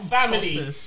family